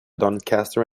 doncaster